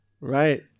Right